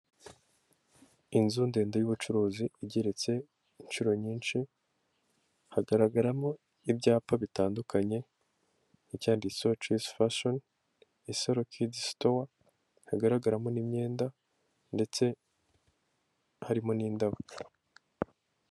Inzu ndende y'ubucuruzi igeretse inshuro nyinshi hagaragaramo ibyapa bitandukanye nk'icyanditseho coyisi fashoni isaro kidizi sitowa hagaragaramo n'imyenda ndetse harimo n'indabo.